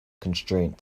constraint